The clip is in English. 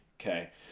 Okay